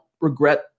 regret